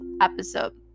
episode